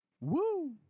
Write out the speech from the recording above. Woo